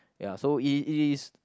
ya so it it is